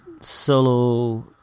solo